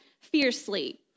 fiercely